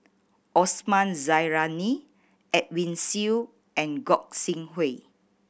Osman Zailani Edwin Siew and Gog Sing Hooi